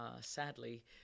sadly